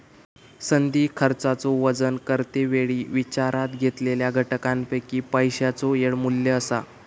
संधी खर्चाचो वजन करते वेळी विचारात घेतलेल्या घटकांपैकी पैशाचो येळ मू्ल्य असा